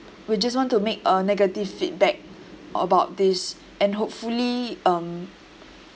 we just want to make a negative feedback about this and hopefully um